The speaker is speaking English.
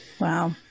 Wow